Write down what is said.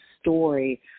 story